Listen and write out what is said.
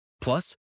Plus